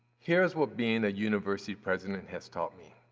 here is what being a university president has taught me